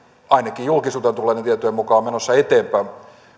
ainakin julkisuuteen tulleiden tietojen mukaan on menossa eteenpäin